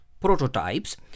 prototypes